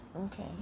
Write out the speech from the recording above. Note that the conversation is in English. okay